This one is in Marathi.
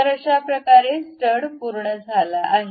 तर अशाप्रकारे स्टड पूर्ण झाला आहे